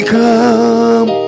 come